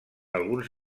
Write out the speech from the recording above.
alguns